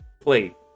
play